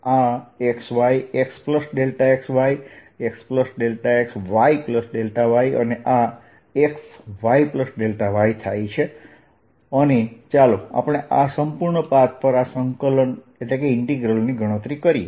આ xy xxy xxyy અને આ xyy છે અને ચાલો આપણે આ સંપૂર્ણ પાથ પર આ સંકલન ની ગણતરી કરીએ